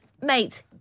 mate